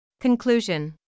Conclusion